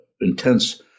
intense